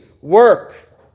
Work